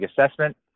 assessment